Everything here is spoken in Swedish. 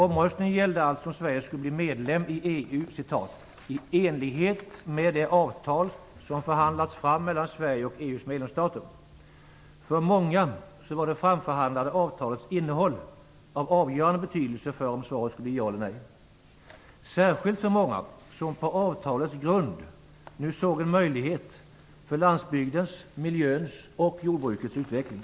Omröstningen gällde alltså om Sverige skulle bli medlem i EU i enlighet med det avtal som förhandlats fram mellan Sverige och EU:s medlemsstater. För många var det framförhandlade avtalets innehåll av avgörande betydelse för om svaret skulle bli ja eller nej - särskilt för många som på avtalets grund nu såg en möjlighet för landsbygdens, miljöns och jordbrukets utveckling.